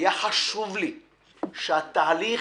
היה חשוב לי שהתהליך